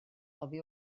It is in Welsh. oddi